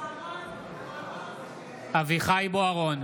אברהם בוארון,